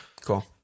Cool